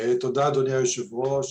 תודה אדוני היו"ר.